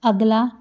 ਅਗਲਾ